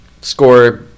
Score